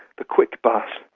the quick bus,